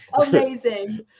amazing